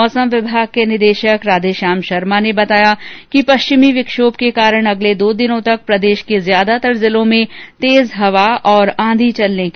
मौसम विभाग के निदेशक राधेश्याम शर्मा ने बताया कि पश्चिमी विक्षोभ के कारण अगले दो दिनों तक प्रदेश के ज्यादातर जिलों में तेज हवा और आंधी चलेगी